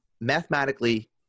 mathematically